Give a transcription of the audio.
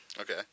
Okay